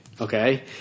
okay